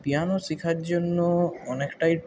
piano শিখার জন্য অনেকটাই